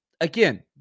again